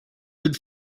food